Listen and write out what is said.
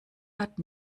hat